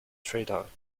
tradeoff